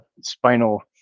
spinal